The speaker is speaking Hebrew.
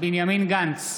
בנימין גנץ,